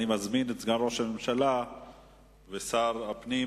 אני מזמין את סגן ראש הממשלה ושר הפנים,